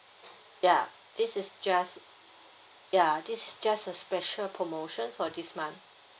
ya this is just ya this is just a special promotion for this month